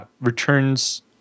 returns